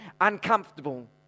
uncomfortable